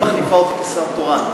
היא מחליפה אותי כשר תורן.